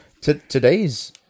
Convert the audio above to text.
Today's